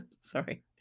Sorry